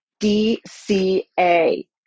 DCA